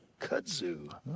Kudzu